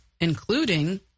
including